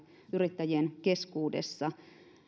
yrittäjien keskuudessa